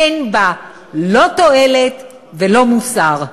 אין בה לא תועלת ולא מוסר.